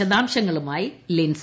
വിശദാംശങ്ങളുമായി ലിൻസ